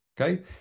Okay